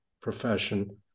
profession